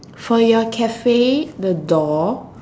for your cafe the door